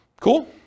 Cool